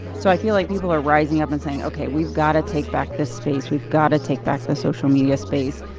so i feel like people are rising up and saying, ok, we've got to take back this space. we've got to take back the social space,